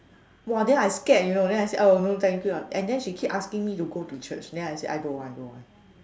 !wah! then I scared you know then I said oh no thank you ah and then she keep asking me to go to church then I said I don't want I don't want